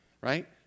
right